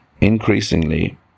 Increasingly